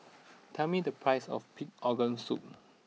tell me the price of Pig Organ Soup